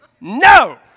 No